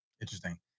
Interesting